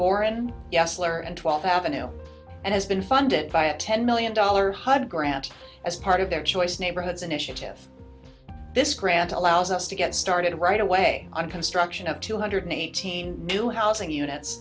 boren yesler and twelve avenue and has been funded by a ten million dollars hud grant as part of their choice neighborhoods initiative this grant allows us to get started right away on construction of two hundred eighteen new housing units